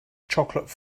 chocolate